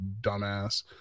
dumbass